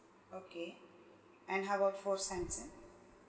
okay and how about for Samsung